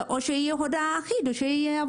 או שתהיה הודעה אחידה.